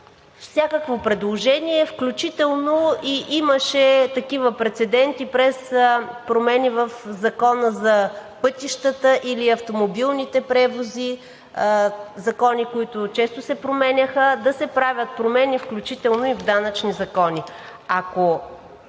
всякакво предложение, включително и имаше такива прецеденти през промени в Закона за пътищата или автомобилните превози – закони, които често се променяха, да се правят промени, включително и в данъчни закони.